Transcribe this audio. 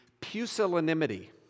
pusillanimity